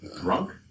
drunk